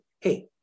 Hey